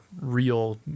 real